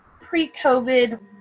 pre-covid